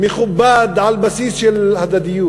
מכובד, על בסיס של הדדיות,